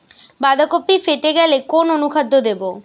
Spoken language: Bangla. বাঁধাকপি ফেটে গেলে কোন অনুখাদ্য দেবো?